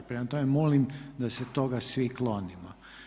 Prema tome, molim da se toga svi klonimo.